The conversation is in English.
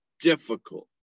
difficult